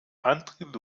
andrew